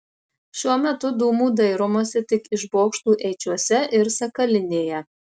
šiuo metu dūmų dairomasi tik iš bokštų eičiuose ir sakalinėje